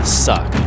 suck